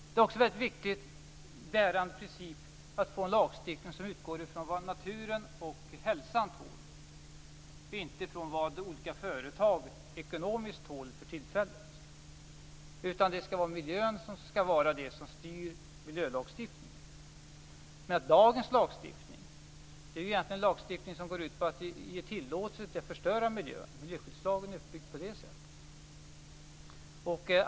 En annan viktig bärande princip är att få en lagstiftning som utgår från vad naturen och hälsan tål, inte från vad olika företag ekonomiskt tål för tillfället. Miljön skall vara det som styr miljölagstiftningen. Dagens lagstiftning går egentligen ut på att ge tillåtelse att förstöra miljön. Miljöskyddslagen är uppbyggd på det sättet.